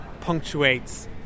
punctuates